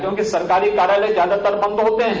क्योंकि सरकारी कार्यालय ज्यादार बंद होते है